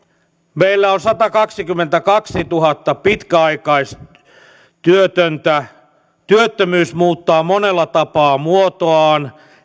meillä on satakaksikymmentäkaksituhatta pitkäaikaistyötöntä työttömyys muuttaa monella tapaa muotoaan